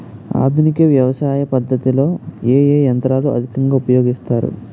ఆధునిక వ్యవసయ పద్ధతిలో ఏ ఏ యంత్రాలు అధికంగా ఉపయోగిస్తారు?